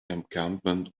encampment